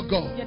God